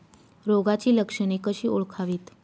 रोगाची लक्षणे कशी ओळखावीत?